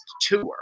tour